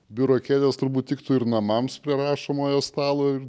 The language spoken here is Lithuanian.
biuro kėdės turbūt tiktų ir namams prie rašomojo stalo ir